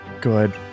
Good